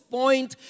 point